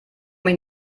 mich